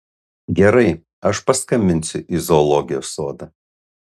gerai aš paskambinsiu į zoologijos sodą